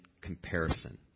comparison